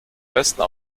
besten